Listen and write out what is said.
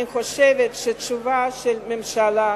אני חושבת שהתשובה של הממשלה,